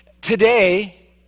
Today